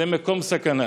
למקום סכנה.